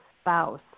spouse